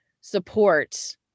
support